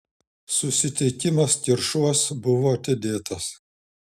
susitikimas kiršuos buvo atidėtas